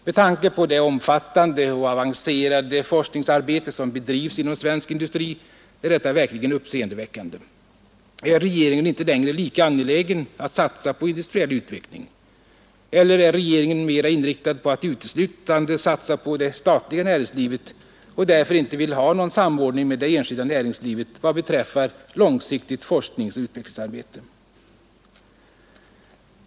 Med tanke på det omfattande och avancerade forskningsarbete som bedrivs inom svensk industri är detta verkligen uppseendeväckande. Är regeringen inte längre lika angelägen att satsa på industriell utveckling? Eller är regeringen mera inriktad på att uteslutande satsa på det statliga näringslivet och vill därför inte ha någon samordning med det enskilda näringslivet i vad beträffar långsiktigt forskningsoch utvecklingsarbete?